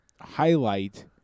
highlight